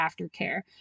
aftercare